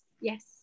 Yes